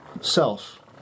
self